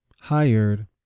hired